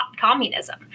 communism